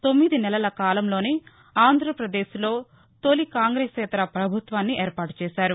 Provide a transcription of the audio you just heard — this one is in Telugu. తొమ్మిది నెలల కాలంలోనే ఆంధ్రప్రదేశ్లో తొలి కాంగ్రెసేతర ప్రభుత్వాన్ని ఏర్పాటు చేశారు